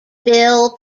bill